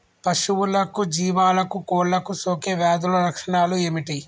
పశువులకు జీవాలకు కోళ్ళకు సోకే వ్యాధుల లక్షణాలు ఏమిటి?